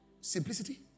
Simplicity